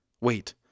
Wait